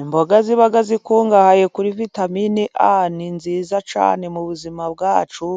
Imboga ziba zikungahaye kuri vitamine A, ni nziza cyane. Mu buzima bwacu